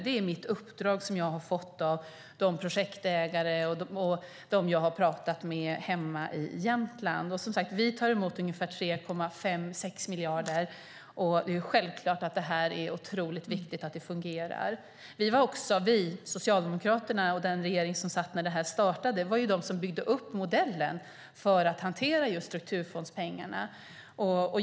Det är det uppdrag jag har fått av projektägare och dem jag har pratat med hemma i Jämtland. Som sagt: Vi tar emot ungefär 3,6 miljarder. Det är självklart att det är otroligt viktigt att det fungerar. Socialdemokraterna och den regering som satt när detta startade var de som byggde upp modellen för att hantera strukturfondspengarna.